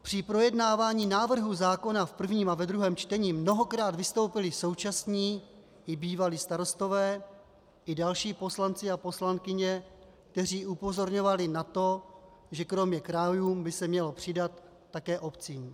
Při projednávání návrhu zákona v prvním a ve druhém čtení mnohokrát vystoupili současní i bývalí starostové i poslanci a poslankyně, kteří upozorňovali na to, že kromě krajům by se mělo přidat také obcím.